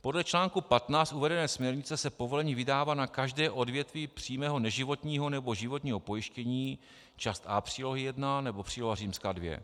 Podle článku 15 uvedené směrnice se povolení vydává na každé odvětví přímého neživotního nebo životního pojištění, část A přílohy I, nebo příloha II.